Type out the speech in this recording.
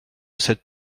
cette